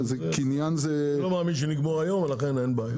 אני לא מאמין שנגמור היום ולכן אין בעיה.